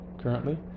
currently